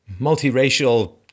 multiracial